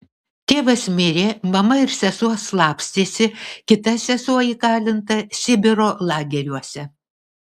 tėvas mirė mama ir sesuo slapstėsi kita sesuo įkalinta sibiro lageriuose